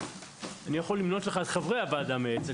אני יכול למנות לך את חברי הוועדה המייעצת,